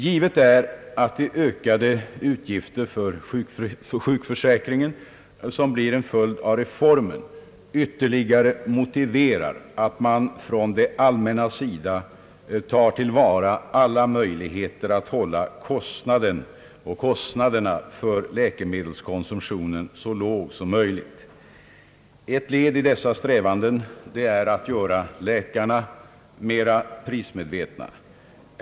Givet är att de ökade utgifter för sjukförsäkringen som blivit en följd av reformen ytterligare motiverar att man från det allmännas sida tar till vara alla möjligheter att hålla kostnaderna för läkemedelskonsumtionen så låga som möjligt. Ett led i dessa strävanden är att göra läkarna mer prismedvetna.